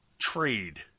trade